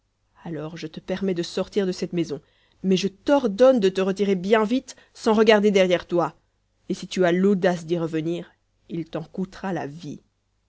alors je te permets de sortir de cette maison mais je t'ordonne de te retirer bien vite sans regarder derrière toi et si tu as l'audace d'y revenir il t'en coûtera la vie